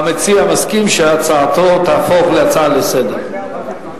המציע מסכים שהצעתו תהפוך להצעה לסדר-היום.